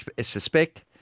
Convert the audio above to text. suspect